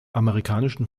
amerikanischen